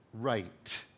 right